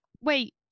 Wait